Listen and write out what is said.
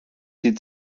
sie